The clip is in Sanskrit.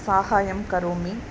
साहाय्यं करोमि